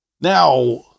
Now